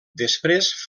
després